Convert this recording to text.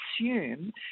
assume